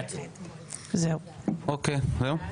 תודה.